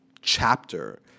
chapter